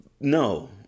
no